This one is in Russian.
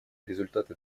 результаты